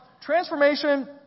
Transformation